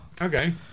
Okay